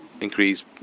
increase